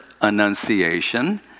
annunciation